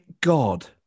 God